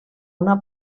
una